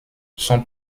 son